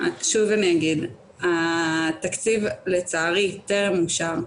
שוב אני אגיד, התקציב לצערי טרם אושר.